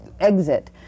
exit